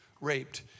raped